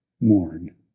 mourn